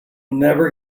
never